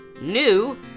new